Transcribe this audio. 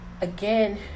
again